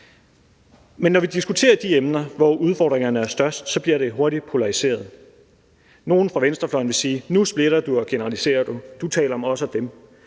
Men når vi diskuterer de emner, hvor udfordringerne er størst, så bliver det hurtigt polariseret. Nogle fra venstrefløjen vil sige: Nu splitter og generaliserer du; du taler om os og dem.